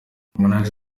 harmonize